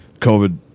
covid